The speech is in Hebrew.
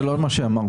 זה לא מה שאמרתי.